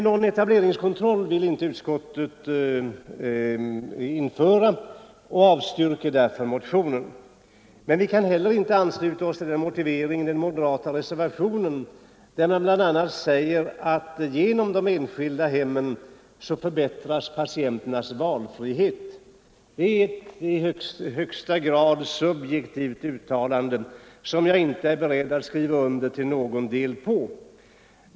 Något etableringsstopp vill utskottet inte införa och avstyrker motionen. Men vi kan inte heller ansluta oss till motiveringen i den moderata re servationen, där man bl.a. anför att patienternas valmöjlighet förbättras genom de enskilda hemmen. Det är ett i högsta grad subjektivt uttalande, som jag inte är beredd att till någon del ansluta mig till.